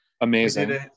Amazing